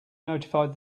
notified